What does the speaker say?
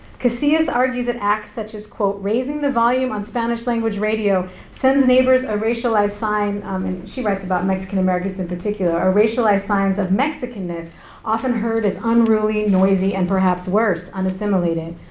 casillas argues it acts such as quote, raising the volume on spanish-language radio sends neighbors a racialized sign, um and she writes about mexican-americans in particular, a racialized sign of mexican-ness often heard as unruly, noisy, and perhaps worse, unassimilated.